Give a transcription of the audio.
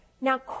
Now